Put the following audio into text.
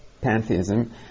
pantheism